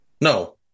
No